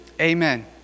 Amen